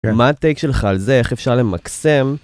מה הטייק שלך על זה? איך אפשר למקסם?